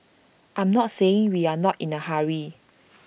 I'm not saying we are not in A hurry